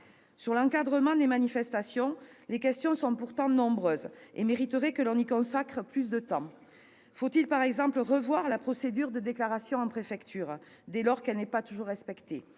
Sur l'encadrement des manifestations, les questions sont pourtant nombreuses et mériteraient que l'on y consacre plus de temps. Faut-il, par exemple, revoir la procédure de déclaration en préfecture, dès lors qu'elle n'est pas toujours respectée,